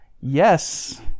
Yes